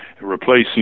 replacing